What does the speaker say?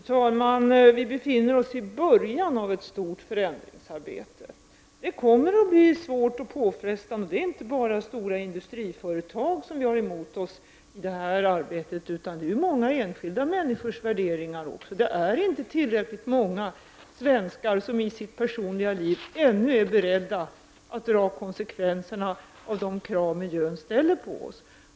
Fru talman! Vi befinner oss i början av ett stort förändringsarbete. Det kommer att bli svårt och påfrestande. Men det är inte bara stora industriföretag som vi har emot oss i detta arbete, utan det är även många enskilda människor. Det är inte tillräckligt många svenskar som i sitt personliga liv ännu är beredda att dra konsekvenserna av de krav som miljön ställer på oss.